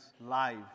live